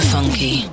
Funky